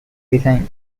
design